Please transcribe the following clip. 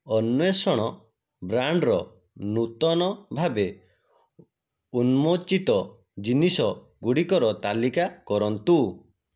ଅନ୍ଵେଷଣ ବ୍ରାଣ୍ଡ୍ର ନୂତନ ଭାବେ ଉନ୍ମୋଚିତ ଜିନିଷ ଗୁଡ଼ିକର ତାଲିକା କରନ୍ତୁ